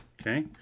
Okay